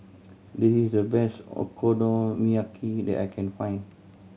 this is the best Okonomiyaki that I can find